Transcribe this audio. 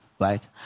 right